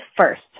first